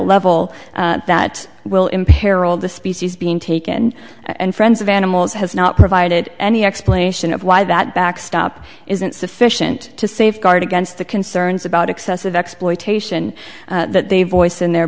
level that will imperil the species being taken and friends of animals has not provided any explanation of why that backstop isn't sufficient to safeguard against the concerns about excessive exploitation that they voice in their